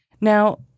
Now